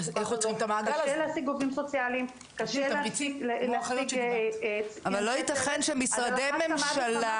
קשה להשיג עובדים סוציאליים --- אבל לא יתכן שמשרדי ממשלה